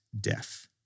death